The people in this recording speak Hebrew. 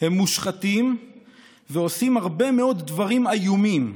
הם מושחתים ועושים הרבה מאוד דברים איומים.